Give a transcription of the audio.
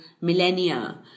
millennia